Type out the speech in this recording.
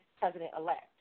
president-elect